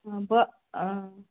आं ब आं